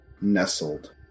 nestled